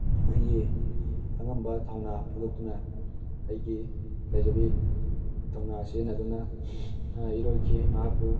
ꯑꯩꯒꯤ ꯑꯉꯝꯕ ꯊꯧꯅꯥ ꯐꯨꯗꯣꯛꯇꯨꯅ ꯑꯩꯒꯤ ꯂꯩꯖꯕꯤ ꯊꯧꯅꯥ ꯁꯤꯖꯤꯟꯅꯗꯨꯅ ꯏꯔꯣꯏꯈꯤ ꯃꯍꯥꯛꯄꯨ